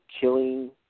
Killing